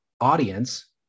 audience